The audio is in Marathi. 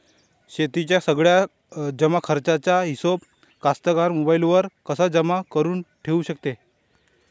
शेतीच्या सगळ्या जमाखर्चाचा हिशोब कास्तकार मोबाईलवर कसा जमा करुन ठेऊ शकते?